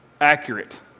accurate